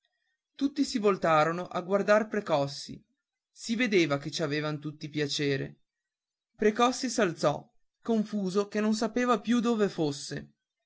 tutti si voltarono a guardar precossi si vedeva che ci avevan tutti piacere precossi s'alzò confuso che non sapeva più dove fosse